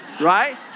Right